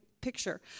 picture